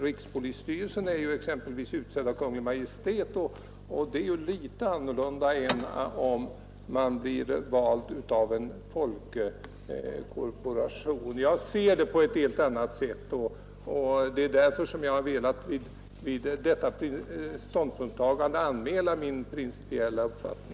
Rikspolisstyrelsen är t.ex. utsedd av Kungl. Maj:t, och det är ju litet annorlunda än om man väljs av en korporation för att företräda lekmän. Möjligheten att agera och redovisa sitt agerande med ansvar är olika och därför ser jag på denna fråga på ett helt annat sätt. Jag har vid detta tillfälle velat anmäla min principiella uppfattning.